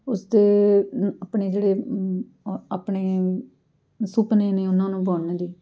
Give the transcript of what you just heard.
ਉਸਦੇ ਆਪਣੇ ਜਿਹੜੇ ਆਪਣੇ ਸੁਪਨੇ ਨੇ ਉਹਨਾਂ ਨੂੰ ਬੁਣਨ ਦੀ